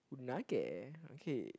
Unagi